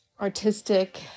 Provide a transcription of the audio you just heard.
artistic